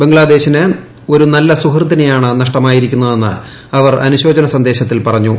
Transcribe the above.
ബംഗ്ലാദേശിന് ഒരു നല്ല സുഹൃത്തിനെയാണ് നഷ്ടമായിരിക്കുന്നതെന്ന് അവർ അനുശോചന സന്ദേശത്തിൽ പറഞ്ഞു